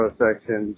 section